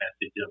message